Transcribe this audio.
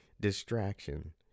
distraction